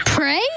Pray